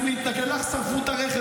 תקבלו את זה?